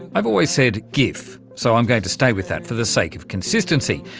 i've always said gif, so i'm going to stay with that for the sake of consistency,